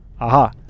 Aha